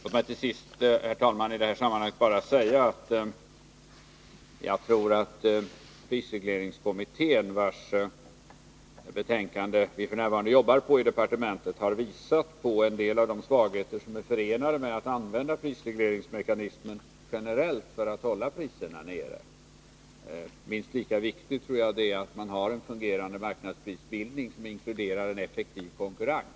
Låt mig till sist, herr talman, i detta sammanhang bara säga att prisregleringskommittén, vars betänkande vi f. n. arbetar på i departementet, har visat på en del av de svagheter som är förenade med att använda prisregleringsmekanismen generellt för att hålla priserna nere. Jag anser att det är minst lika viktigt att man har en fungerande marknadsprisbildning som inkluderar en effektiv konkurrens.